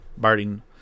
barding